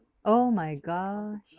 oh my gosh